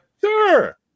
Sure